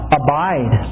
abide